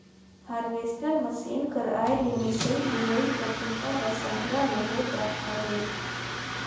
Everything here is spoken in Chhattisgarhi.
हारवेस्टर मसीन कर आए ले मिंसई, लुवई कर बूता ह संघरा में हो जात अहे